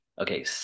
okay